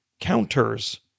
counters